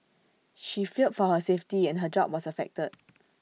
she feared for her safety and her job was affected